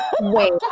wait